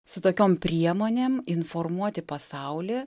su tokiom priemonėm informuoti pasaulį